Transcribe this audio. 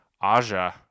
Aja